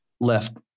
left